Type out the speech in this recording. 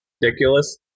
ridiculous